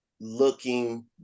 looking